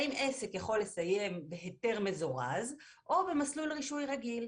האם עסק יכול לסיים בהיתר מזורז או במסלול רישוי רגיל.